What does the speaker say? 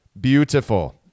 Beautiful